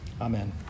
Amen